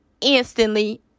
instantly